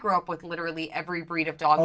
grew up with literally every breed of dog